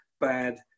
bad